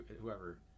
whoever